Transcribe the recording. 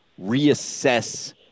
reassess